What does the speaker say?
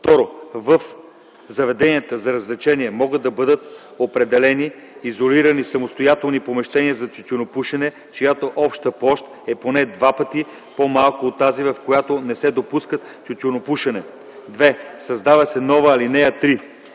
„(2) В заведенията за развлечения могат да бъдат определени изолирани самостоятелни помещения за тютюнопушене, чиято обща площ е поне два пъти по-малка от тази, в която не се допуска тютюнопушене.” 2. Създава се нова ал.